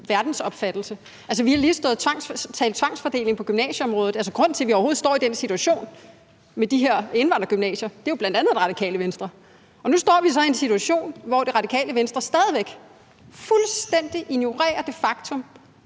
verdensopfattelse. Altså, vi har lige talt tvangsfordeling på gymnasieområdet, og grunden til, at vi overhovedet står i den situation med de her indvandrergymnasier, er jo bl.a. Radikale Venstre. Nu står vi så en situation, hvor Radikale Venstre stadig væk fuldstændig ignorerer det